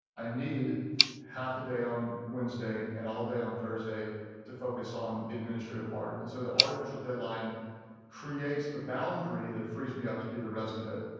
i need half a day on wednesday and all day on thursday to focus on the administrative part. and so the artificial deadline creates the boundary that frees me up to do the rest of it.